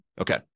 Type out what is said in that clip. okay